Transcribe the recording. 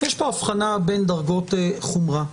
יש פה הבחנה בין דרגות חומרה.